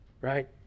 right